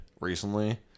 Recently